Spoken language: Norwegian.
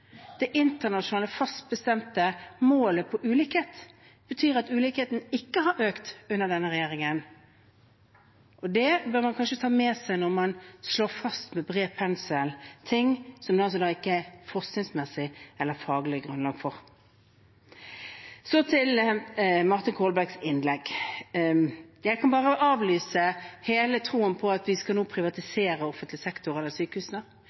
Det internasjonale, fast bestemte målet på ulikhet betyr at ulikheten ikke har økt under denne regjeringen, og det bør man kanskje ta med seg når man med bred pensel slår fast noe som det altså ikke er forskningsmessig eller faglig grunnlag for. Til Martin Kolbergs innlegg: Jeg kan bare avlyse hele troen på at vi nå skal privatisere offentlig sektor eller sykehusene.